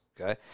okay